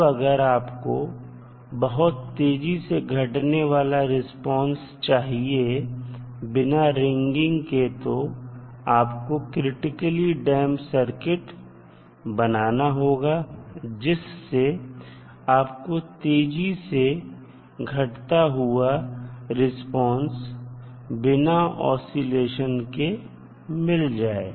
अब अगर आपको बहुत तेजी से घटने वाला रिस्पांस चाहिए बिना रिंगिंग के तो आपको क्रिटिकली डैंप सर्किट बनाना होगा जिससे आपको तेजी से घटता हुआ रिस्पांस बिना ओसिलेशन के मिल जाए